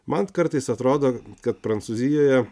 man kartais atrodo kad prancūzijoje